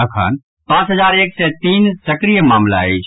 अखन पांच हजार एक सय तीन सक्रिय मामिला अछि